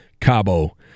Cabo